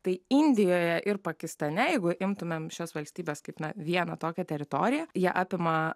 tai indijoje ir pakistane jeigu imtumėm šias valstybės kaip ne vieną tokią teritoriją jie apima